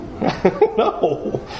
no